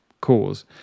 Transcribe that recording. cause